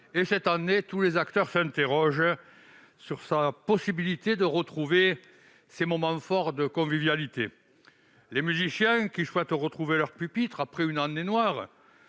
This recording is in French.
et, cette année, tous les acteurs s'interrogent sur la possibilité de retrouver ces moments forts de convivialité. Les musiciens souhaitent retrouver leur pupitre après une année noire.